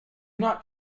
not